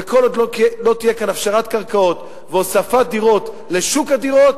וכל עוד לא תהיה כאן הפשרת קרקעות והוספת דירות לשוק הדירות,